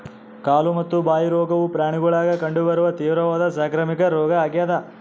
ಕಾಲು ಮತ್ತು ಬಾಯಿ ರೋಗವು ಪ್ರಾಣಿಗುಳಾಗ ಕಂಡು ಬರುವ ತೀವ್ರವಾದ ಸಾಂಕ್ರಾಮಿಕ ರೋಗ ಆಗ್ಯಾದ